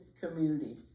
community